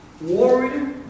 warrior